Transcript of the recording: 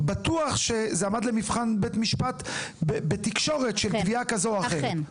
בטוח שזה עמד למבחן בית משפט בתקשורת של תביעה כזו או אחרת,